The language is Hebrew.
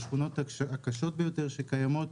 מהשכונות הקשות ביותר שקיימות,